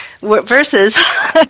versus